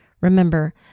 Remember